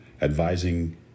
advising